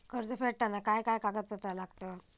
कर्ज फेडताना काय काय कागदपत्रा लागतात?